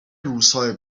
روزهای